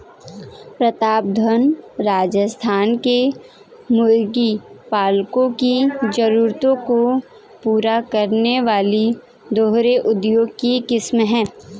प्रतापधन राजस्थान के मुर्गी पालकों की जरूरतों को पूरा करने वाली दोहरे उद्देश्य की किस्म है